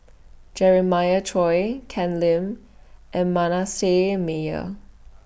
Jeremiah Choy Ken Lim and Manasseh Meyer